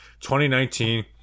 2019